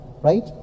right